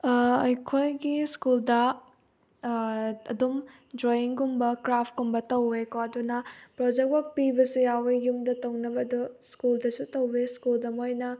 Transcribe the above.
ꯑꯩꯈꯣꯏꯒꯤ ꯁ꯭ꯀꯨꯜꯗ ꯑꯗꯨꯝ ꯗ꯭ꯔꯣꯋꯤꯡꯒꯨꯝꯕ ꯀ꯭ꯔꯥꯐꯀꯨꯝꯕ ꯇꯧꯋꯦꯀꯣ ꯑꯗꯨꯅ ꯄ꯭ꯔꯣꯖꯦꯛ ꯋꯥꯛ ꯄꯤꯕꯁꯨ ꯌꯥꯎꯏ ꯌꯨꯝꯗ ꯇꯧꯅꯕ ꯑꯗꯣ ꯁ꯭ꯀꯨꯜꯗꯁꯨ ꯇꯧꯋꯦ ꯁ꯭ꯀꯨꯜꯗ ꯃꯣꯏꯅ